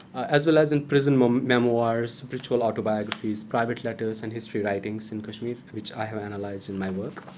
as well as in prison um memoirs, spiritual autobiographies, private letters, and history writings in kashmir which i have analyzed in my work.